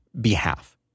behalf